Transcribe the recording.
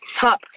top